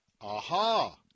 aha